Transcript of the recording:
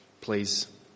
please